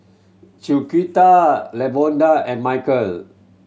Chiquita Lavonda and Mykel